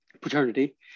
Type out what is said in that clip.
paternity